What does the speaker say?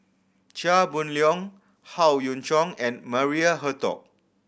Chia Boon Leong Howe Yoon Chong and Maria Hertogh